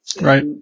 Right